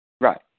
Right